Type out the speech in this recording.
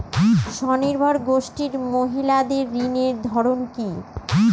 স্বনির্ভর গোষ্ঠীর মহিলাদের ঋণের ধরন কি?